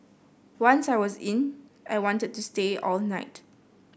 once I was in I wanted to stay all night